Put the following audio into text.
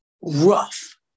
rough